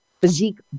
physique